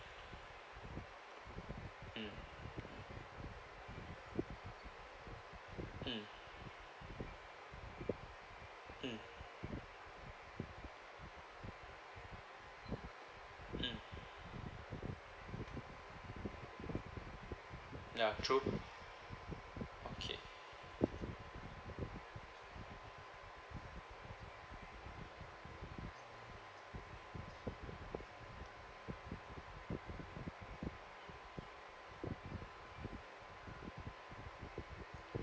mm mm mm mm ya true okay